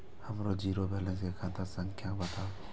हमर zero balance के खाता संख्या बतबु?